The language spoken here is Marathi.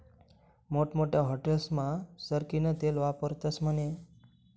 मोठमोठ्या हाटेलस्मा सरकीनं तेल वापरतस म्हने